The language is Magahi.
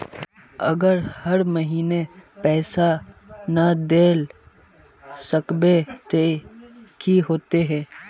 अगर हर महीने पैसा ना देल सकबे ते की होते है?